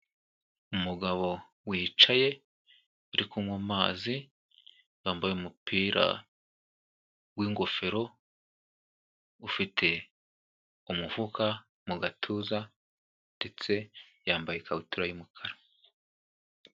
Umugabo wicaye uri kunywa amazi, yambaye umupira w'ingofero, ufite umufuka mu gatuza ndetse yambaye ikabutura y'umukara.